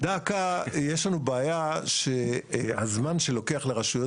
דא עקא יש לנו בעיה שהזמן שלוקח לרשויות